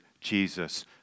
Jesus